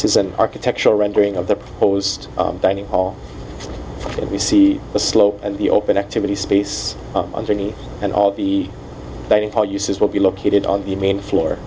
is an architectural rendering of the proposed banning all we see the slope and the open activity space underneath and all the dining hall uses will be located on the main